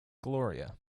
gloria